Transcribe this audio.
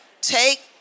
Take